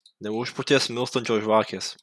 neužpūtė smilkstančios žvakės